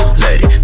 lady